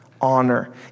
Honor